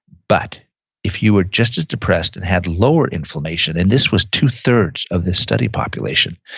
but if you were just as depressed and had lower inflammation, and this was two-thirds of this study population,